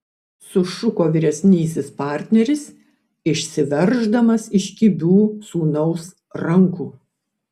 sušuko vyresnysis partneris išsiverždamas iš kibių sūnaus rankų